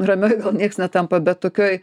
ramioj gal niekas netampa bet tokioj